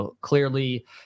clearly